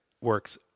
works